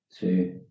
two